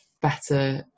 better